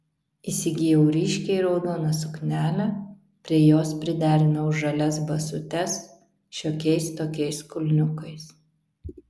įsigijau ryškiai raudoną suknelę prie jos priderinau žalias basutes šiokiais tokiais kulniukais